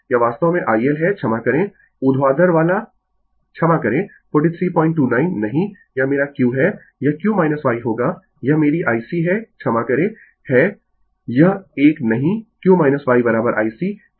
यह वास्तव में IL है क्षमा करें ऊर्ध्वाधर वाला क्षमा करें 4329 नहीं यह मेरा q है यह q y होगा यह मेरी IC है क्षमा करें है यह एक नहीं q y I C